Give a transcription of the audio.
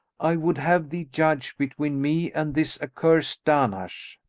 i would have thee judge between me and this accursed dahnash.